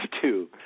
two